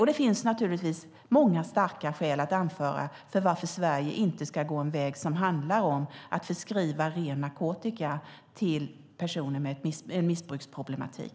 Det finns många starka skäl att anföra till att Sverige inte ska gå en väg som handlar om att förskriva ren narkotika till personer med en missbruksproblematik.